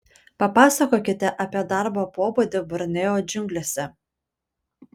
papasakokite apie darbo pobūdį borneo džiunglėse